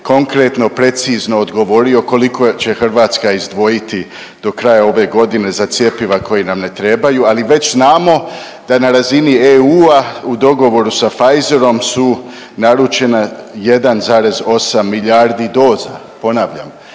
konkretno i precizno odgovorio koliko će Hrvatska izdvojiti do kraj ove godine za cjepiva koja nam ne trebaju, ali već znamo da na razini EU-a u dogovoru sa Pfizerom su naručena 1,8 milijardi doza, ponavljam